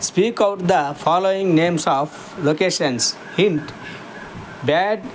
speak out the following names of locations hint bag